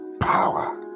power